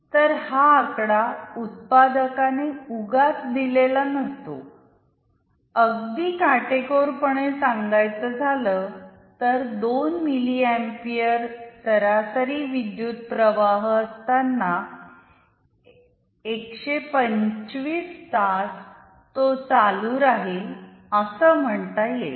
तर हा आकडा उत्पादकाने उगाच् दिलेला नसतॊ अगदी काटेकोर पणे सांगायचं झालं तर 2 मिली अँपिअर सरासरी विद्युतप्रवाह असताना १२५ तास तो चालू राहील असं म्हणता येईल